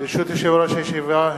ברשות יושב-ראש הישיבה,